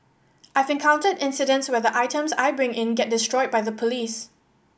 I've encountered incidents where the items I bring in get destroyed by the police